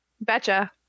Betcha